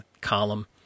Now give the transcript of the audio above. column